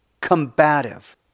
combative